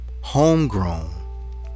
homegrown